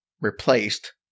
replaced